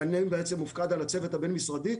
כשאני בעצם מופקד על הצוות הבין-משרדי,